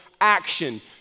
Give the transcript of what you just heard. action